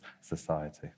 society